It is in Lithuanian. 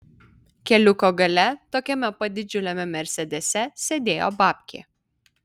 keliuko gale tokiame pat didžiuliame mersedese sėdėjo babkė